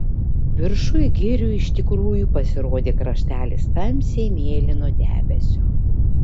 viršuj girių iš tikrųjų pasirodė kraštelis tamsiai mėlyno debesio